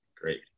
Great